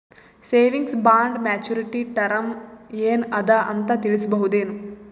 Savings bond maturity term ಏನ ಅದ ಅಂತ ತಿಳಸಬಹುದೇನು?